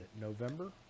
November